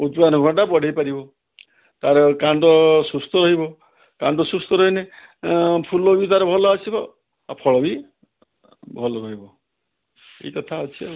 ଉତ୍ପାଦନଟା ବଢ଼ାଇପାରିବ ତାର କାଣ୍ଡ ସୁସ୍ଥ ରହିବ କାଣ୍ଡ ସୁସ୍ଥ ରହିଲେ ଫୁଲ ବି ତାର ଭଲ ଆସିବ ଆଉ ଫଳ ବି ଭଲ ରହିବ ଏଇ କଥା ଅଛି ଆଉ